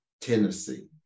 Tennessee